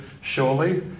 surely